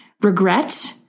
Regret